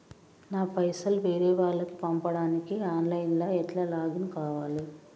నా పైసల్ వేరే వాళ్లకి పంపడానికి ఆన్ లైన్ లా ఎట్ల లాగిన్ కావాలి?